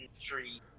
tree